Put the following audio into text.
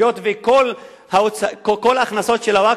היות שכל ההכנסות של הווקף,